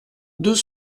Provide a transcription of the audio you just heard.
deux